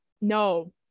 No